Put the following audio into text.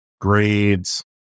grades